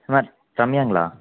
மா ரம்யாங்களா